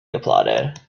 applauded